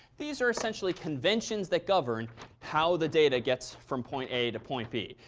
these are essentially conventions that govern how the data gets from point a to point b.